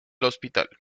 hospital